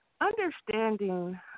understanding